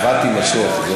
והאהבה תימשך.